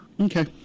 Okay